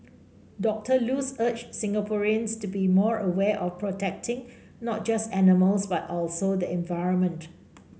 Doctor Luz urged Singaporeans to be more aware of protecting not just animals but also the environment